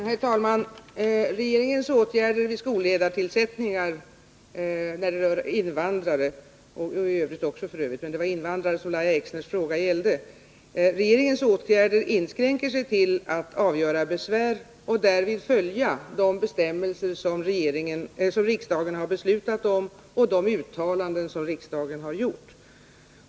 Herr talman! Regeringens åtgärder vid tillsättning av skolledartjänster inskränker sig när det gäller invandrare — det gäller också i övrigt, men det var invandrarna som Lahja Exners fråga gällde — till att avgöra besvär. Därvid följer man de bestämmelser som riksdagen har beslutat om och de uttalanden som riksdagen har gjort.